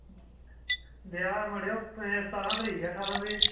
ब्याह् मड़ेओ सतारहां तरीक ऐ ठारां